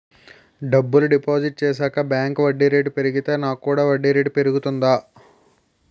డబ్బులు డిపాజిట్ చేశాక బ్యాంక్ వడ్డీ రేటు పెరిగితే నాకు కూడా వడ్డీ రేటు పెరుగుతుందా?